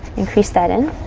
and crease that in